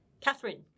Catherine